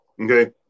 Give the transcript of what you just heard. okay